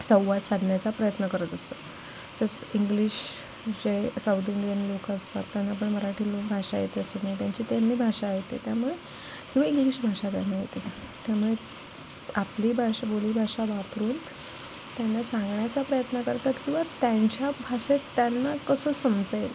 संवाद साधण्याचा प्रयत्न करत असतो इंग्लिश जे साऊथ इंडियन लोकं असतात त्यांना पण मराठी लोक भाषा येते असं नाही त्यांची त्यांनी भाषा येते त्यामुळे किंवा इंग्लिश भाषा त्यांना येते त्यामुळे आपली भाषा बोलीभाषा वापरून त्यांना सांगण्याचा प्रयत्न करतात किंवा त्यांच्या भाषेत त्यांना कसं समजेल